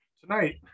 tonight